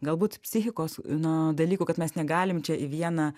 galbūt psichikos na dalykų kad mes negalim čia į vieną